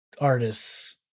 artists